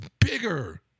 bigger